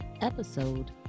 Episode